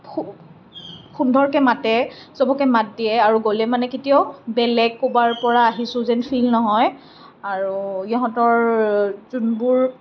খুব সুন্দৰকৈ মাতে চবকে মাত দিয়ে আৰু গ'লে মানে কেতিয়াও বেলেগ ক'ৰবাৰ পৰা আহিছো যেন ফিল নহয় আৰু ইহঁতৰ যোনবোৰ